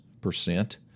percent